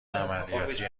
عملیاتی